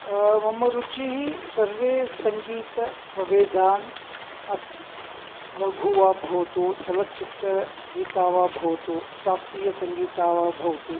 मम रुचिः सर्वे सङ्गीतप्रभेदान् अस्ति लघु वा भवतु चलच्चित्रगीता वा भवतु शास्त्रीतसङ्गीता वा भवतु